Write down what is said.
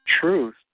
truth